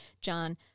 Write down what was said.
John